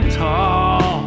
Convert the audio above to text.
tall